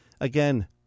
Again